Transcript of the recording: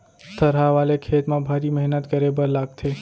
थरहा वाले खेत म भारी मेहनत करे बर लागथे